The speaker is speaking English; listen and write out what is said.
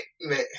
man